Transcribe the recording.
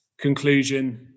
conclusion